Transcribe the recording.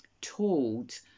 told